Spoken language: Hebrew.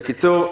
בקיצור,